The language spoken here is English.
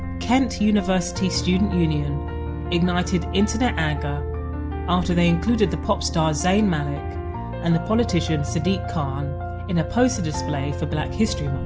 kent university student union ignited internet anger after they included the pop star zayn malik and the politician sadiq khan in a poster display for black history